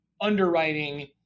underwriting